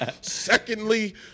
Secondly